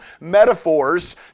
metaphors